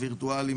הווירטואלי,